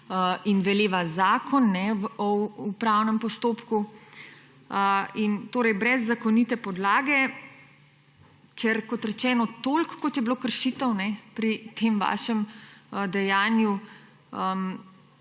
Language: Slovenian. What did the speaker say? in veleva Zakon o upravnem postopku, torej brez zakonite podlage. Kot rečeno, toliko, kot je bilo kršitev pri tem vašem dejanju,